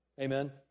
Amen